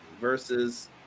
versus